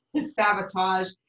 sabotage